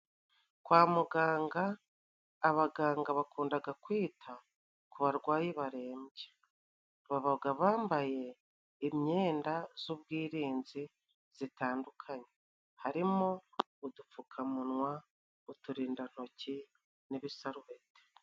Kwa muganga, abaganga bakundaga kwita ku barwayi barembye. Babaga bambaye imyenda z’ubwirinzi zitandukanye, harimo udupfukamunwa, uturindantoki, n’ibisarureti.